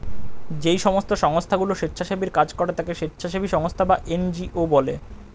যেই সমস্ত সংস্থাগুলো স্বেচ্ছাসেবীর কাজ করে তাকে স্বেচ্ছাসেবী সংস্থা বা এন জি ও বলে